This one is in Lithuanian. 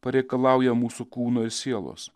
pareikalauja mūsų kūno ir sielos